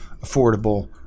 affordable